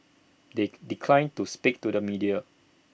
they declined to speak to the media